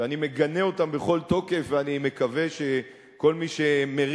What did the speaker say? שאני מגנה אותן בכל תוקף ואני מקווה שכל מי שמרים